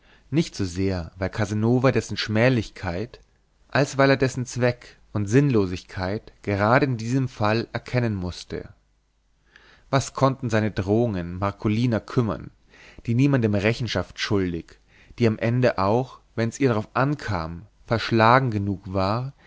nicht so sehr weil casanova dessen schmählichkeit als weil er dessen zweck und sinnlosigkeit gerade in diesem fall erkennen mußte was konnten seine drohungen marcolina kümmern die niemandem rechenschaft schuldig die am ende auch wenn's ihr darauf ankam verschlagen genug war